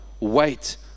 wait